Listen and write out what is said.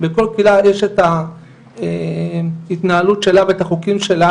בכל קהילה יש את ההתנהלות שלה ואת החוקים שלה